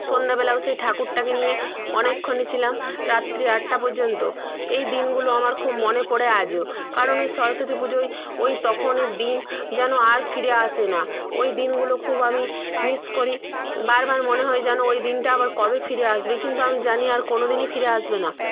সন্ধেবেলাও সেই ঠাকুরটাকে নিয়ে অনেকক্ষণই ছিলাম রাত্রি আটটা পর্যন্ত এই দিনগুলো আমার খুব মনে পড়ে আজও কারণ ওই সরস্বতী পুজোয় ওই তখনের দিন যেন আর ফিরে আসে না ওই দিনগুলো খুব আমি মিস করি বারবার মনে হয় যেন ওই দিনটা আবার কবে ফিরে আসবে কিন্তু আমি জানি আর কোনোদিনই ফিরে আসবে না